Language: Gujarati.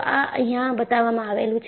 આ અહીંયા બતાવામાં આવેલું છે